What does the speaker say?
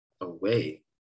away